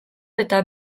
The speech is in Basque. eta